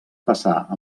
passar